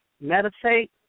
meditate